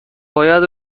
باید